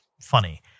funny